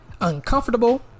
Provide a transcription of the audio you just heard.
Uncomfortable